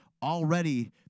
already